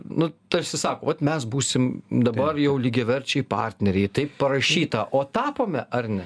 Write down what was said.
nu tarsi sako vat mes būsim dabar jau lygiaverčiai partneriai taip parašyta o tapome ar ne